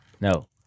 No